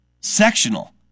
sectional